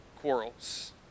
quarrels